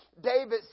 David